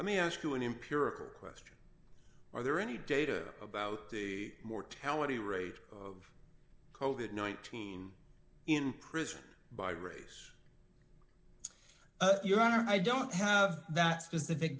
let me ask you an empirical question are there any data about the mortality rate of coal that nineteen in prison by race your honor i don't have that specific